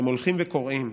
הם הולכים וקורעים,